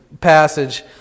passage